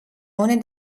ohne